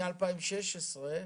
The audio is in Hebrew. מ-2016,